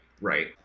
Right